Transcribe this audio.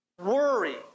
worry